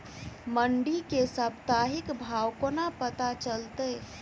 मंडी केँ साप्ताहिक भाव कोना पत्ता चलतै?